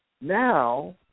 now